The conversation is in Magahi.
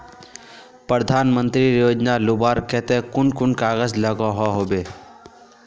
प्रधानमंत्री योजना लुबार केते कुन कुन कागज लागोहो होबे?